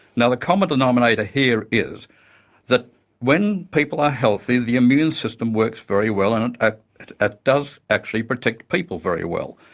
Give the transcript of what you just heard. and the common denominator here is that when people are healthy, the immune system works very well and and ah it ah does actually protect people very well.